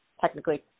technically